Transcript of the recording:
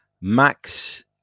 max